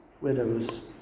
widows